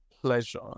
pleasure